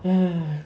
!hais!